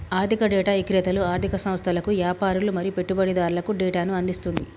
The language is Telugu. ఆర్ధిక డేటా ఇక్రేతలు ఆర్ధిక సంస్థలకు, యాపారులు మరియు పెట్టుబడిదారులకు డేటాను అందిస్తుంది